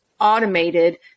automated